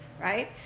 right